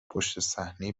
پشتصحنهی